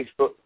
Facebook